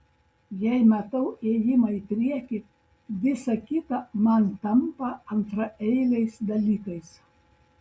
jei matau ėjimą į priekį visa kita man tampa antraeiliais dalykais